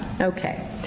Okay